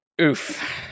oof